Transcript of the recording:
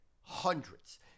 hundreds